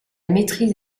maitrise